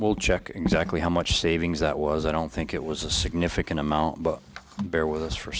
well check exactly how much savings that was i don't think it was a significant amount but bear with us for